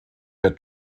der